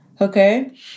okay